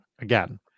again